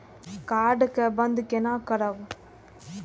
Card के बन्द केना करब?